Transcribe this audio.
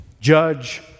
judge